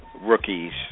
rookies